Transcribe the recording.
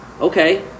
Okay